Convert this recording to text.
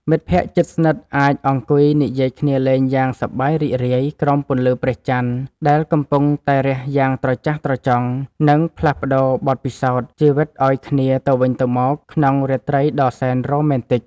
មិត្តភក្តិជិតស្និទ្ធអាចអង្គុយនិយាយគ្នាលេងយ៉ាងសប្បាយរីករាយក្រោមពន្លឺព្រះចន្ទដែលកំពុងតែរះយ៉ាងត្រចះត្រចង់ និង ផ្លាស់ប្តូរបទពិសោធន៍ជីវិតឱ្យគ្នាទៅវិញទៅមកក្នុងរាត្រីដ៏សែនរ៉ូមែនទិក។